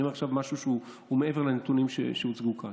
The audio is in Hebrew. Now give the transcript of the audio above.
ואני אומר עכשיו משהו שהוא מעבר לנתונים שהוצגו כאן.